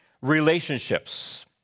relationships